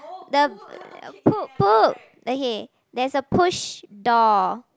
the poop poop okay there's a push door